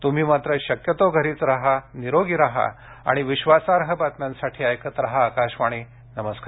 तुम्ही मात्र शक्यतो घरीच राहा निरोगी राहा आणि विश्वासार्ह बातम्यांसाठी ऐकत राहा आकाशवाणी नमस्कार